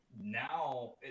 now